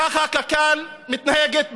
ככה קק"ל מתנהגת בנגב,